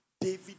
david